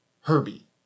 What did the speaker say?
Herbie